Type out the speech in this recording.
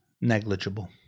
negligible